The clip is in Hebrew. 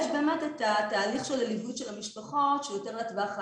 יש את תהליך ליווי המשפחות שהוא יותר לטווח הארוך.